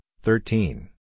thirteen